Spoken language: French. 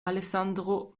alessandro